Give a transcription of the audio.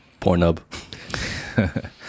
Pornub